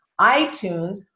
iTunes